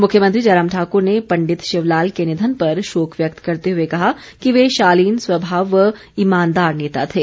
मुख्यमंत्री जयराम ठाकुर ने पंडित शिवलाल के निधन पर शोक व्यक्त करते हुए कहा कि वे शालीन स्वभाव व ईमानदार नेता थे